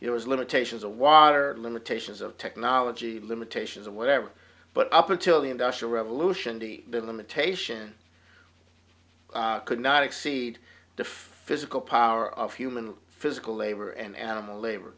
it was limitations of water limitations of technology limitations of whatever but up until the industrial revolution the bill imitation could not exceed diff physical power of human physical labor and animal labor